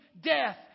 death